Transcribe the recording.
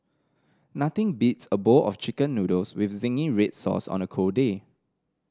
nothing beats a bowl of Chicken Noodles with zingy red sauce on a cold day